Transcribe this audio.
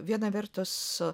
viena vertus